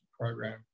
program